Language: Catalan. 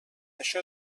això